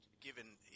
given